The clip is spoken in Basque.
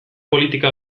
politika